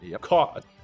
caught